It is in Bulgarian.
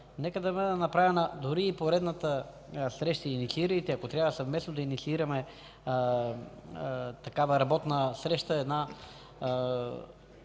нека да бъде направена дори и поредната среща. Инициирайте я, ако трябва съвместно да инициираме такава работна среща